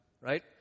right